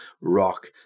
rock